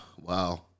wow